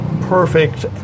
perfect